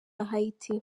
haiti